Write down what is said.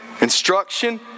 instruction